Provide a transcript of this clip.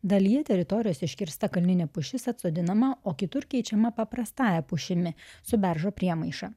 dalyje teritorijos iškirsta kalninė pušis atsodinama o kitur keičiama paprastąja pušimi su beržo priemaiša